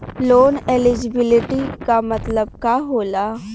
Loan eligibility का मतलब का होला?